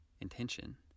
intention